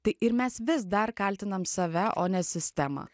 tai ir mes vis dar kaltinam save o ne sistemą